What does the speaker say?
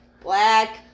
Black